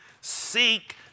seek